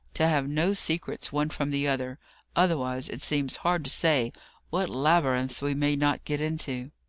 to have no secrets one from the other otherwise, it seems hard to say what labyrinths we may not get into.